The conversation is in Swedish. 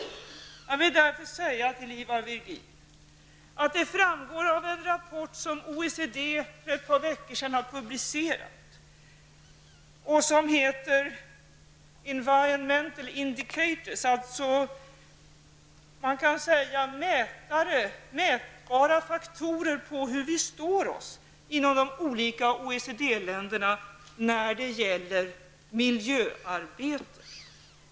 Jag vill därför göra Ivar Virgin uppmärksam på rapporten Environmental Indicators, som publicerades av OECD för ett par veckor sedan. Rapporten redovisar mätbara faktorer på hur vi står oss inom de olika OSED-länderna när det gäller miljöarbetet.